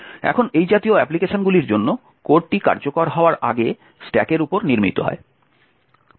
এখন এই জাতীয় অ্যাপ্লিকেশনগুলির জন্য কোডটি কার্যকর হওয়ার আগে স্ট্যাকের উপর নির্মিত হয়